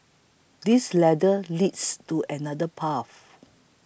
this ladder leads to another path